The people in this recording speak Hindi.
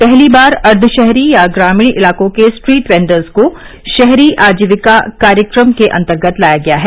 पहली बार अर्द्वशहरी या ग्रामीण इलाकों के स्ट्रीट वेंडर्स को शहरी आजीविका कार्यक्रम के अंतर्गत लाया गया है